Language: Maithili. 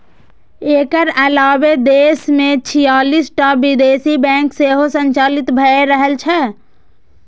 एकर अलावे देश मे छियालिस टा विदेशी बैंक सेहो संचालित भए रहल छै